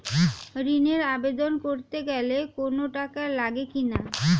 ঋণের আবেদন করতে গেলে কোন টাকা লাগে কিনা?